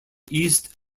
east